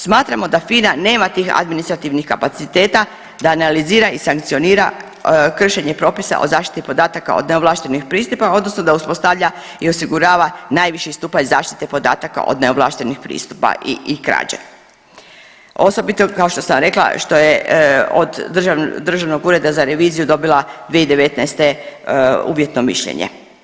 Smatramo da FINA nema tih administrativnih kapaciteta da analizira i sankcionira kršenje propisa o zaštiti podataka od neovlaštenih pristupa odnosno da uspostavlja i osigurava najviši stupanj zaštite podataka od neovlaštenih pristupa i krađe, osobito kao što sam rekla što je od Državnog ureda za reviziju dobila 2019. uvjetno mišljenje.